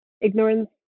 Ignorance